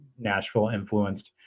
Nashville-influenced